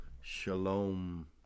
Shalom